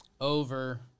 over